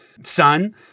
son